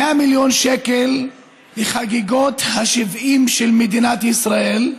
100 מיליון שקל לחגיגות ה-70 של מדינת ישראל.